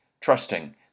trusting